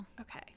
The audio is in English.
Okay